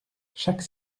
chaque